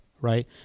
right